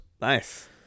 Nice